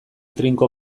trinko